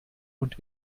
und